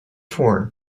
torn